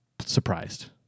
surprised